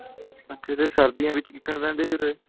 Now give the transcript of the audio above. ਅੱਛਾ ਅਤੇ ਸਰਦੀਆਂ ਵਿੱਚ ਕਿਕਣਾ ਰਹਿੰਦਾ ਜੀ ਉਰੇ